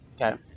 Okay